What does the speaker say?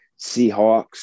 Seahawks